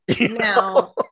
No